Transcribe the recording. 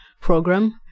program